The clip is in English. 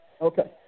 Okay